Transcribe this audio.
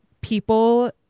people